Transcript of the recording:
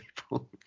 people